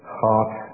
heart